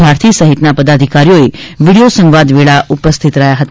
ભારથી સહિતના પદાધિકારીએ વીડિયો સંવાદ વેળાએ ઉપસ્થિત રહ્યા હતા